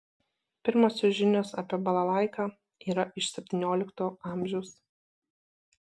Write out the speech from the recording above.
pirmosios žinios apie balalaiką yra iš septyniolikto amžiaus